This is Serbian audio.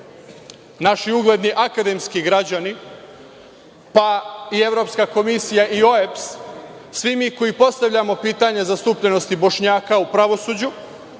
naši ugledni akademski građani, pa i Evropska komisija i OEBS, svi mi koji postavljamo pitanje zastupljenosti Bošnjaka u pravosuđu